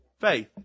Faith